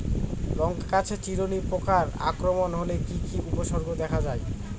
লঙ্কা গাছের চিরুনি পোকার আক্রমণ হলে কি কি উপসর্গ দেখা যায়?